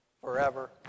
forever